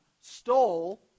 stole